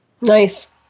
Nice